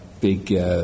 big